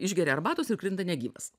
išgeria arbatos ir krinta negyvas